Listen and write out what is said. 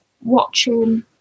watching